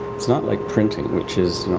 it's not like printing, which is,